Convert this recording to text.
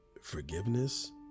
forgiveness